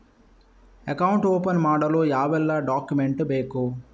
Account open ಮಾಡಲು ಯಾವೆಲ್ಲ document ಬೇಕು?